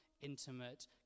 intimate